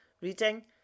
reading